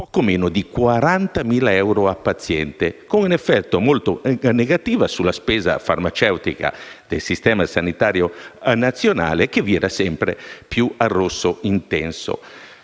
poco meno di 40.000 euro per paziente, con un effetto molto negativo sulla spesa farmaceutica del Servizio sanitario nazionale, che vira sempre di più verso